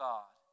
God